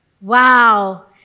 Wow